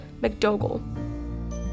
McDougall